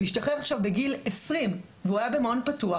משתחרר עכשיו בגיל 20 והוא היה במעון פתוח,